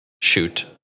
shoot